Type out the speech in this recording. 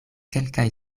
kelkaj